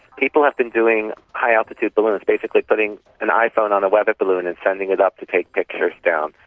people have been doing high altitude balloons, basically putting an iphone on a weather balloon and sending it up to take pictures down.